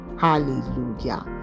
Hallelujah